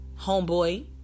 Homeboy